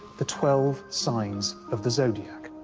the twelve signs of the zodiac.